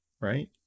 right